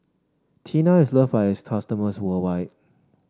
Tena is loved by its customers worldwide